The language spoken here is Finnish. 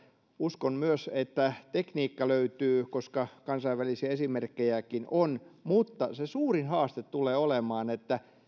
uskon myös että tekniikka löytyy koska kansainvälisiä esimerkkejäkin on mutta se suurin haaste tulee olemaan se